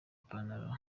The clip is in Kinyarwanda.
ipantaro